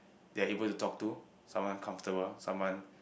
they're able to talk to someone comfortable someone